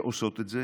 שעושות את זה